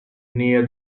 near